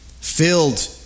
filled